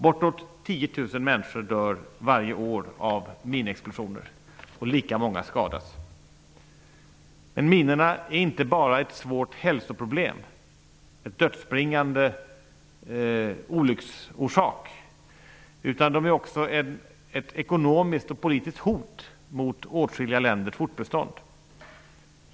Bortåt 10 000 människor dör varje år av minexplosioner, och lika många skadas. Men minorna är inte bara ett svårt hälsoproblem och en dödsbringande olycksorsak, utan de är också ett ekonomiskt och politiskt hot mot åtskilliga länders fortbestånd.